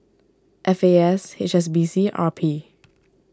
F A S H S B C and R P